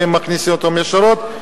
ומכניסים אותם ישירות,